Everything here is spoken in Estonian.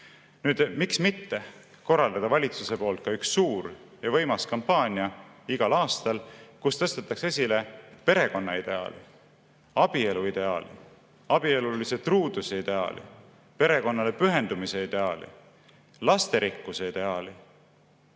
Miks mitte korraldada valitsuse poolt üks suur ja võimas kampaania igal aastal, kus tõstetakse esile perekonna ideaali, abielu ideaali, abielulise truuduse ideaali, perekonnale pühendumise ideaali, lasterikkuse ideaali,